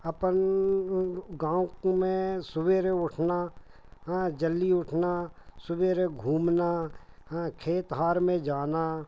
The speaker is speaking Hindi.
अपन गाँव में सवेरे उठना हाँ जल्दी उठना सवेरे घूमना हाँ खेत हार में जाना